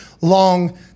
long